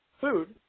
food